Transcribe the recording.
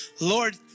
Lord